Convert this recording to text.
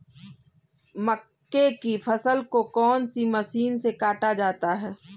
मक्के की फसल को कौन सी मशीन से काटा जाता है?